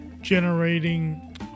generating